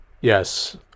Yes